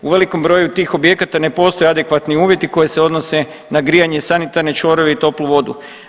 U velikom broju tih objekata ne postoje adekvatni uvjeti koji se odnose na grijanje, sanitarne čvorove i toplu vodu.